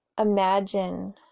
imagine